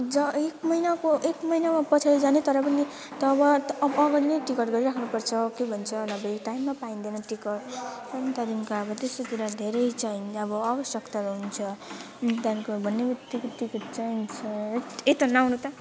ज एक महिनाको एक महिनामा पछाडि जाने तर पनि तब अगाडि नै टिकट गरिराख्नु पर्छ के भन्छ नभए टाइममा पाइँदैन टिकट अनि त्यहाँदेखिको अब त्यस्तो तिनीहरूले धेरै चाहिँ अब आवश्यकताहरू हुन्छ त्यहाँको भन्ने बित्तिकै टिकट चाहिन्छ हैट् यता नआउनु त